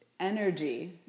energy